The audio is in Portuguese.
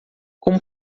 como